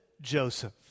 Joseph